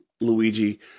Luigi